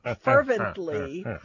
fervently